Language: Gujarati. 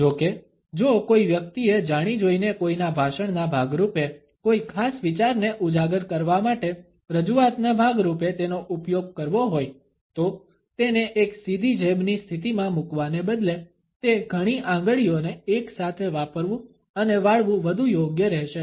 જો કે જો કોઈ વ્યક્તિએ જાણી જોઈને કોઈના ભાષણના ભાગ રૂપે કોઈ ખાસ વિચારને ઉજાગર કરવા માટે રજૂઆતના ભાગ રૂપે તેનો ઉપયોગ કરવો હોય તો તેને એક સીધી જેબની સ્થિતીમાં મૂકવાને બદલે તે ઘણી આંગળીઓને એક સાથે વાપરવું અને વાળવું વધુ યોગ્ય રહેશે